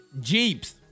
Jeeps